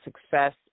success